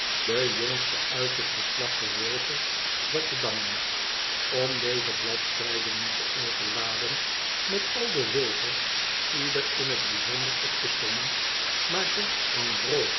de jongste uit het geslacht der wilfers zat te dammen om deze bladzijde niet te overladen met al de wilfers ieaer in het bijzonder op te sommen maar ze